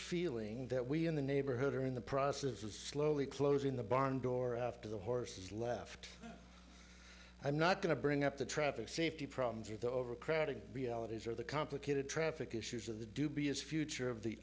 feeling that we in the neighborhood are in the process is slowly closing the barn door after the horses left i'm not going to bring up the traffic safety problems or the overcrowding realities or the complicated traffic issues of the dubious future of the